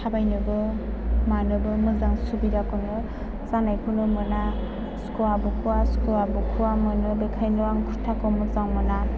थाबायनोबो मानोबो मोजां सुबिदाखौनो जानायखौनो मोना सुखुआ बुखुआ सुखुआ बुखुआ मोनो बेखायनो आं कुर्ताखौ मोजां मोना